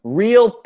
real